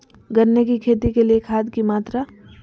गन्ने की खेती के लिए खाद की मात्रा?